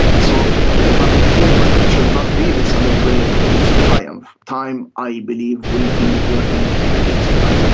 so the islamic movement should not really celebrate its triumph. time, i believe, will be working against them.